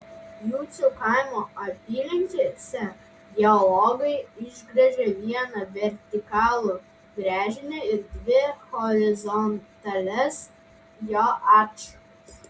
jucių kaimo apylinkėse geologai išgręžė vieną vertikalų gręžinį ir dvi horizontalias jo atšakas